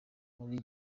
muri